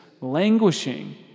languishing